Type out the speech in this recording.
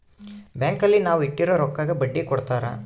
bank ಅಲ್ಲಿ ನಾವ್ ಇಟ್ಟಿರೋ ರೊಕ್ಕಗೆ ಬಡ್ಡಿ ಕೊಡ್ತಾರ